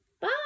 bye